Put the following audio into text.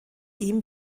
ihm